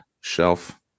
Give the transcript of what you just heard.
shelf